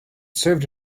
served